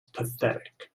pathetic